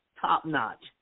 top-notch